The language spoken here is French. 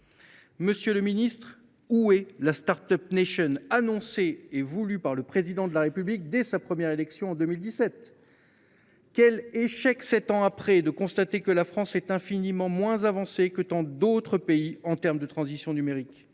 Monsieur le ministre, où est la annoncée et voulue par le Président de la République dès sa première élection en 2017 ? Quel échec ! Sept ans après, la France est infiniment moins avancée que tant d’autres pays en termes de transition numérique !